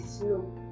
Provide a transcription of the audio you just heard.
no